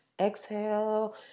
Exhale